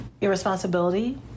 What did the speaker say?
irresponsibility